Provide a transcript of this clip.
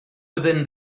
within